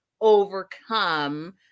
overcome